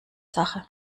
sache